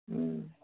हूँ